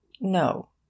No